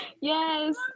Yes